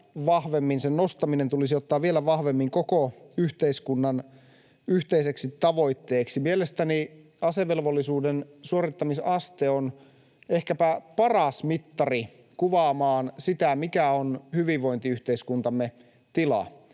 nostaminen tulisi ottaa vielä vahvemmin koko yhteiskunnan yhteiseksi tavoitteeksi. Mielestäni asevelvollisuuden suorittamisaste on ehkäpä paras mittari kuvaamaan sitä, mikä on hyvinvointiyhteiskuntamme tila.